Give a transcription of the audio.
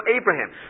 Abraham